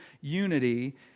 unity